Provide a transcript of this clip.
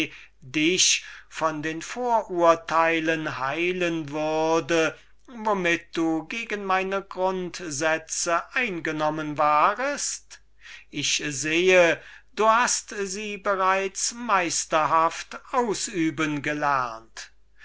dich von den vorurteilen heilen würde womit du gegen grundsätze eingenommen warest die du bereits so meisterhaft auszuüben gelernt